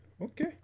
Okay